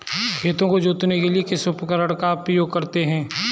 खेत को जोतने के लिए किस उपकरण का उपयोग करते हैं?